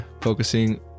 focusing